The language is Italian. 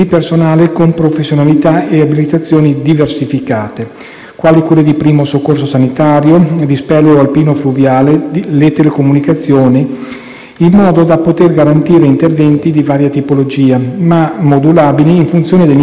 (quali quelle di primo soccorso sanitario, le Speleo-Alpino-Fluviali, le telecomunicazioni), in modo da poter garantire interventi di varia tipologia, ma modulabili in funzione dell'impegno reale richiesto dalle caratteristiche del singolo evento.